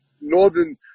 northern